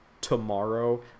tomorrow